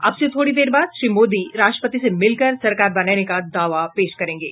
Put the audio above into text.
अब से थोड़ी देर बाद श्री मोदी राष्ट्रपति से मिलकर सरकार बनाने का दावा पेश करेंगे